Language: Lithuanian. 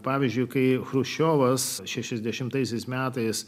pavyzdžiui kai chruščiovas šešiasdešimtaisiais metais